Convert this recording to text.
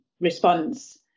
response